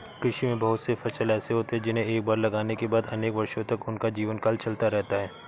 कृषि में बहुत से फसल ऐसे होते हैं जिन्हें एक बार लगाने के बाद अनेक वर्षों तक उनका जीवनकाल चलता रहता है